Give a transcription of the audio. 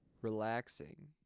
relaxing